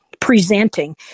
presenting